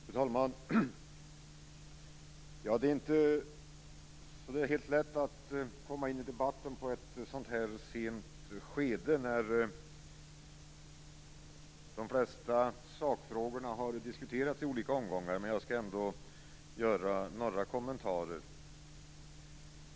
Fru talman! Det är inte helt lätt att komma in i debatten i ett sådant här sent skede när de flesta sakfrågorna har diskuterats i olika omgångar, men jag skall ändå göra några kommentarer.